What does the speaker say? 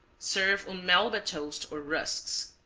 serve on melba toast or rusks.